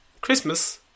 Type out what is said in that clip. Christmas